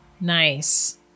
Nice